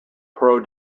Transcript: pro